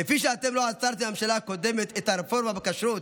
כפי שאתם לא עצרתם בממשלה הקודמת את הרפורמה בכשרות,